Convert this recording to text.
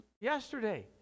yesterday